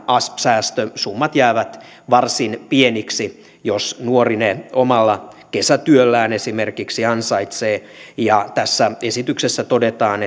asp säästösummat jäävät varsin pieniksi jos nuori ne esimerkiksi omalla kesätyöllään ansaitsee tässä esityksessä todetaan